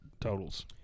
totals